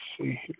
see